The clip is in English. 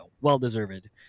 well-deserved